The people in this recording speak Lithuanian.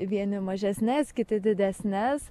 vieni mažesnes kiti didesnes